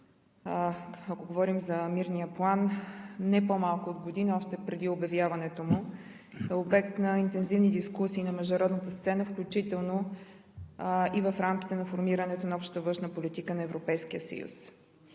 ако говорим за мирния план, не по-малко от година – още преди обявяването му, е обект на интензивни дискусии на международната сцена, включително и в рамките на формирането на общата външна политика на Европейския съюз.